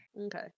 Okay